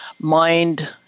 mind